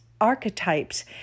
archetypes